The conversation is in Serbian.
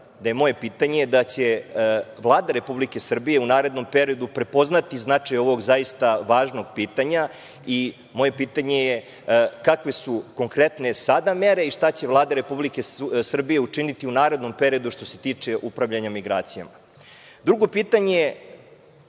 moje pitanje da će Vlada Republike Srbije u narednom periodu prepoznati značaj ovog zaista važnog pitanja. Moje pitanje je – kakve su konkretne sada mere i šta će Vlada Republike Srbije učiniti u narednom periodu, što se tiče upravljanja migracijama? Drugo pitanje ja